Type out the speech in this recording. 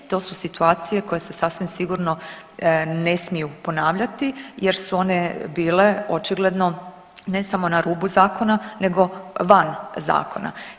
To su situacije koje se sasvim sigurno ne smiju ponavljati jer su one bile očigledno ne samo na rubu zakona nego van zakona.